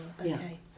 okay